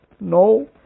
No